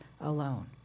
alone